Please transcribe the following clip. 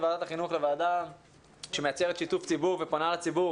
ועדת החינוך לוועדה שמייצרת שיתוף ציבור ופונה לציבור